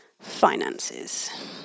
finances